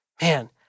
Man